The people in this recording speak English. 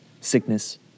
sickness